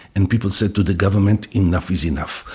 and people said to the government, enough is enough.